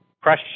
crush